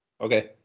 Okay